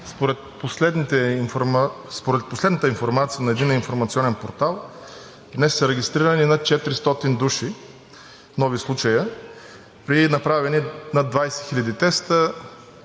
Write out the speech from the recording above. Според последната информация на Единния информационен портал днес са регистрирани над 400 души нови случая при направени над 20 хиляди теста,